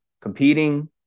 competing